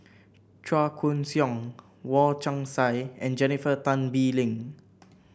Chua Koon Siong Wong Chong Sai and Jennifer Tan Bee Leng